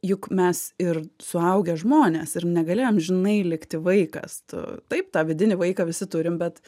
juk mes ir suaugę žmonės ir negali amžinai likti vaikas tu taip tą vidinį vaiką visi turim bet